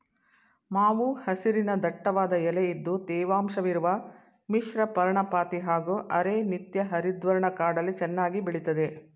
ಮಾವು ಹಸಿರಿನ ದಟ್ಟವಾದ ಎಲೆ ಇದ್ದು ತೇವಾಂಶವಿರುವ ಮಿಶ್ರಪರ್ಣಪಾತಿ ಹಾಗೂ ಅರೆ ನಿತ್ಯಹರಿದ್ವರ್ಣ ಕಾಡಲ್ಲಿ ಚೆನ್ನಾಗಿ ಬೆಳಿತದೆ